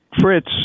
Fritz